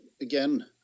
again